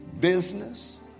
business